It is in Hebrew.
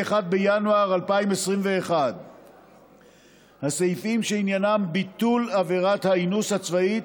ב-1 בינואר 2021. הסעיפים שעניינם ביטול עבירת האינוס הצבאית